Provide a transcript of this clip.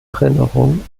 erinnerung